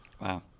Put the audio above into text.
Wow